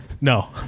No